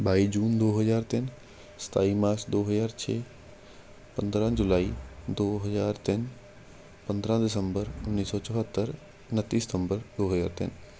ਬਾਈ ਜੂਨ ਦੋ ਹਜ਼ਾਰ ਤਿੰਨ ਸਤਾਈ ਮਾਰਚ ਦੋ ਹਜ਼ਾਰ ਛੇ ਪੰਦਰਾਂ ਜੁਲਾਈ ਦੋ ਹਜ਼ਾਰ ਤਿੰਨ ਪੰਦਰਾਂ ਦਸੰਬਰ ਉੱਨੀ ਸੌ ਚੁਹੱਤਰ ਉਨੱਤੀ ਸਤੰਬਰ ਦੋ ਹਜ਼ਾਰ ਤਿੰਨ